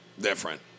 Different